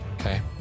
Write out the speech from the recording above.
Okay